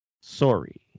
sorry